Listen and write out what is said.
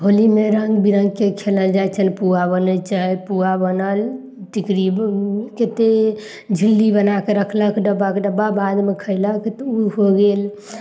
होलीमे रङ्ग बिरङ्गके खेलल जाइ छनि पुआ बनय छनि पुआ बनल टिकड़ी केते झिल्ली बनाकऽ रखलक डब्बाके डब्बा बादमे खयलक तऽ उ हो गेल